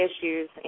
issues